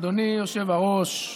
אדוני היושב-ראש,